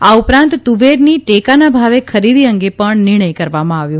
આ ઉપરાંત તુવેરની ટેકાના ભાવે ખરીદી અંગે પણ નિર્ણય કરવામાં આવ્યો